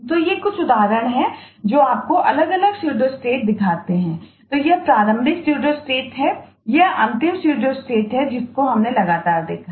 तो ये कुछ उदाहरण हैं जो आपको अलग अलग स्यूडोस्टेट है जिसे हमने लगातार देखा है